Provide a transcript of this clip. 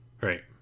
Right